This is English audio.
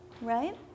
right